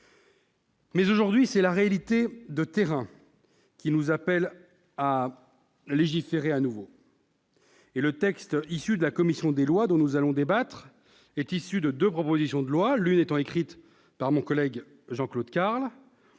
... Aujourd'hui, c'est la réalité de terrain qui nous appelle à légiférer de nouveau. Le texte résultant des travaux de la commission des lois dont nous allons débattre est issu de deux propositions de loi rédigées par mon collègue Jean-Claude Carle